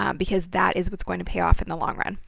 um because that is what's going to pay off in the long run.